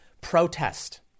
Protest